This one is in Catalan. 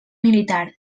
militar